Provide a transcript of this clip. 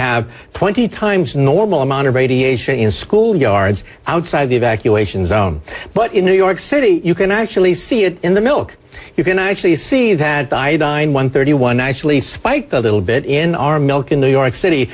have twenty times the normal amount of radiation in school yards outside of the evacuation zone but in new york city you can actually see it in the milk you can actually see that diet on one thirty one nicely spike the little bit in our milk in new york city